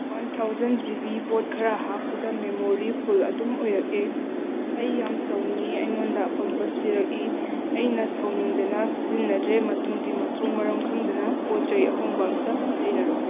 one thousand G B ꯄꯣꯠ ꯈꯔ ꯍꯥꯞꯄꯗ ꯃꯦꯃꯣꯔꯤ ꯐꯨꯜ ꯑꯗꯨꯝ ꯑꯣꯏꯔꯛꯑꯦ ꯑꯩ ꯌꯥꯝ ꯁꯥꯎꯅꯤꯡꯏ ꯑꯩꯉꯣꯟꯗ ꯑꯄꯪꯕ ꯁꯤꯔꯛꯏ ꯑꯩꯅ ꯁꯥꯎꯅꯤꯡꯗꯅ ꯁꯤꯖꯤꯟꯅꯗ꯭ꯔꯦ ꯃꯇꯨꯡꯗꯤ ꯃꯊꯣꯡ ꯃꯔꯝ ꯈꯪꯗꯅ ꯄꯣꯠ ꯆꯩ ꯑꯍꯣꯡꯕ ꯑꯃꯇ ꯂꯩꯔꯔꯣꯏ